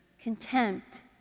contempt